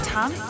Tom